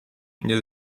nie